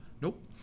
nope